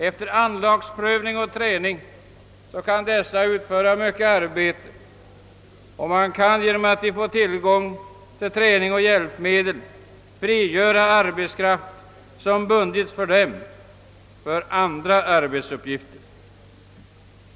Efter anlagsprövning och träning kan de i många fall utföra mycket arbete. Genom att ge de handikappade hjälpmedel kan man för andra arbetsuppgifter frigöra arbetskraft som tidigare bundits för dem.